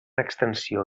extensió